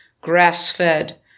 grass-fed